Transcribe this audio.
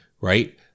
right